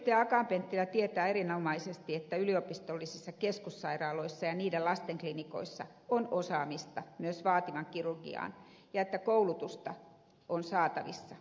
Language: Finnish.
akaan penttilä tietää erinomaisesti että yliopistollisissa keskussairaaloissa ja niiden lastenklinikoissa on osaamista myös vaativaan kirurgiaan ja että koulutusta on saatavissa